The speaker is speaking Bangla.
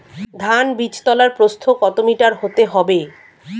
ধান বীজতলার প্রস্থ কত মিটার হতে হবে?